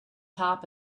top